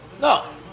No